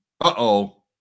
Uh-oh